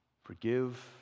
Forgive